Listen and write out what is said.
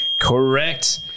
Correct